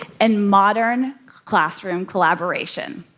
and modern classroom collaboration.